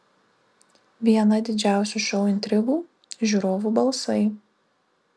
viena didžiausių šou intrigų žiūrovų balsai